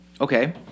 Okay